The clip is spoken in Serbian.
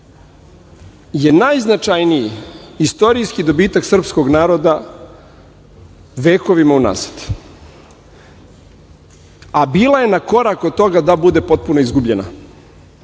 je najznačajniji istorijski dobitak srpskog naroda vekovima unazad, a bila je na korak od toga da bude potpuno izgubljena.